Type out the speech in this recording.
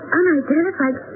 unidentified